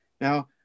Now